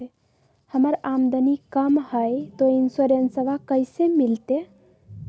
हमर आमदनी कम हय, तो इंसोरेंसबा कैसे मिलते?